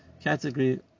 category